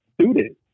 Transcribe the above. student